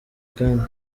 kandi